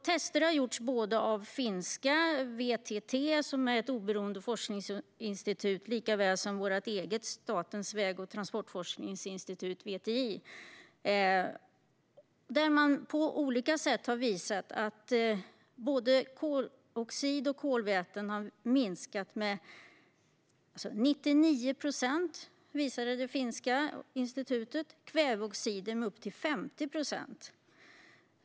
Tester har gjorts både av finska VTT, som är ett oberoende forskningsinstitut, och av vårt eget Statens väg och transportforskningsinstitut, VTI. Man har på olika sätt visat att både koloxid och kolväten har minskat med 99 procent - det visade det finska institutet. Kväveoxider har minskat med upp till 50 procent.